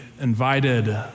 invited